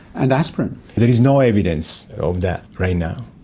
and aspirin? there is no evidence of that right now.